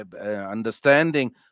Understanding